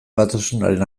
batasunaren